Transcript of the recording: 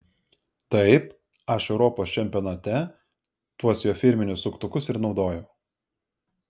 taip aš europos čempionate tuos jo firminius suktukus ir naudojau